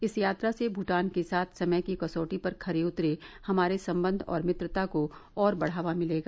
इस यात्रा से भूटान के साथ समय की कसौटी पर खरे उतरे हमारे संबंध और मित्रता को और बढ़ावा मिलेगा